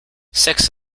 six